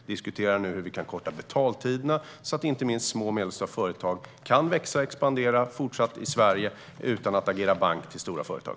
Vi diskuterar nu hur vi kan korta betaltiderna, så att inte minst små och medelstora företag fortsatt kan växa och expandera i Sverige utan att agera bank åt stora företag.